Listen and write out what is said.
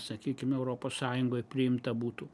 sakykim europos sąjungoj priimta būtų